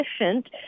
efficient